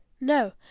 No